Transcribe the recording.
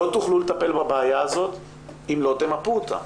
לא תוכלו לטפל בבעיה הזאת אם לא תמפו אותה.